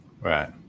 Right